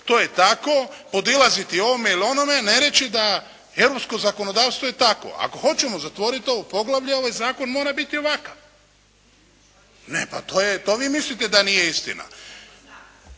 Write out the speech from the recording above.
to je tako, podilaziti ovome ili onome, ne reći da europsko zakonodavstvo je takvo. Ako hoćemo zatvoriti ovo poglavlje ovaj zakon mora biti ovakav. To vi mislite da nije istina.